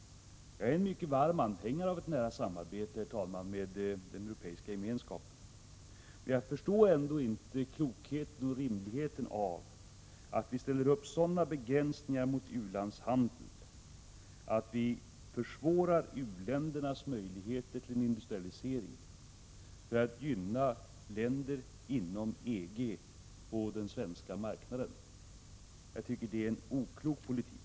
Herr talman! Jag är en varm anhängare av ett nära samarbete med den Europeiska gemenskapen. Men jag förstår ändå inte klokheten och rimligheten i att vi ställer upp sådan begränsningar för u-landshandeln att vi försvårar u-ländernas möjligheter till en industrialisering för att gynna länder inom EG på den svenska marknaden. Jag tycker att det är en oklok politik.